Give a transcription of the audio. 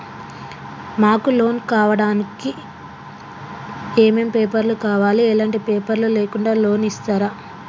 మాకు లోన్ కావడానికి ఏమేం పేపర్లు కావాలి ఎలాంటి పేపర్లు లేకుండా లోన్ ఇస్తరా?